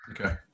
Okay